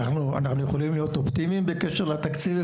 נינאנחנו יכולים להיות אופטימיים בקשר לתקציב?